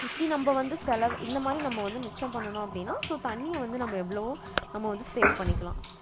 இப்படி நம்ம வந்து செலவு இந்த மாதிரி நம்ம வந்து மிச்சம் பண்ணனும் அப்படின்னா ஸோ தண்ணிய வந்து நம்ம எவ்ளோவோ நம்ம வந்து சேவ் பண்ணிக்கலாம்